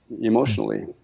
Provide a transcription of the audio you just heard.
emotionally